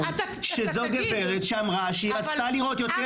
- שזו גברת שאמרה שהיא רצתה לראות יותר